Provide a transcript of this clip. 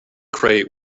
crate